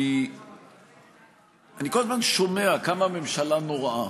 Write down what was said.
כי כל הזמן אני שומע כמה הממשלה נוראה,